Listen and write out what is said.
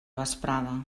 vesprada